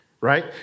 right